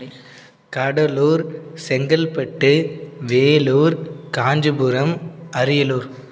Cuddalore Chengalpattu Vellore Kanchipuram Ariyalur